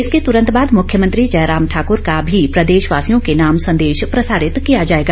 इसके त्रंत बाद मुख्यमंत्री जयराम ठाकुर का भी प्रदेशवासियों के नाम संदेश प्रसारित किया जाएगा